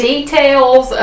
Details